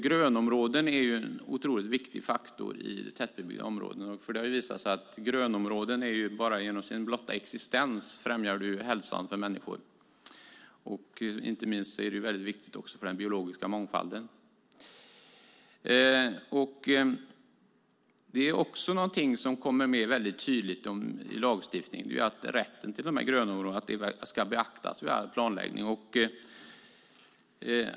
Grönområden är en otroligt viktig faktor i tätbebyggda områden, för det har visat sig att grönområden bara genom sin blotta existens främjar människors hälsa, och inte minst är det väldigt viktigt för den biologiska mångfalden. Att rätten till de här grönområdena ska beaktas vid all planläggning är också något som kommer med väldigt tydligt i lagstiftningen.